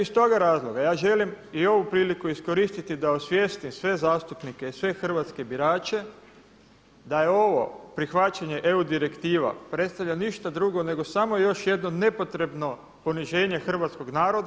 Iz toga razloga ja želim i ovu priliku iskoristiti da osvijestim sve zastupnike i sve hrvatske birače da je ovo prihvaćanje EU direktiva predstavlja ništa drugo nego samo još jedno nepotrebno poniženje hrvatskog naroda.